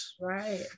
Right